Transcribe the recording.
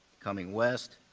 coming west,